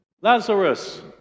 Lazarus